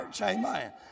Amen